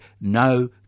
no